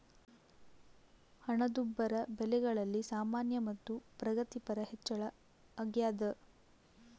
ಹಣದುಬ್ಬರ ಬೆಲೆಗಳಲ್ಲಿ ಸಾಮಾನ್ಯ ಮತ್ತು ಪ್ರಗತಿಪರ ಹೆಚ್ಚಳ ಅಗ್ಯಾದ